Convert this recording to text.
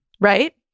Right